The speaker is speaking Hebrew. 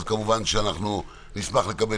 כמובן נשמח לקבל